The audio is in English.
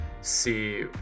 see